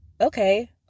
okay